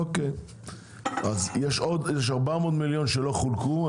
יש 400 מיליון שלא חולקו,